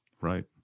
Right